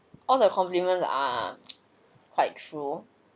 all the compliment are quite true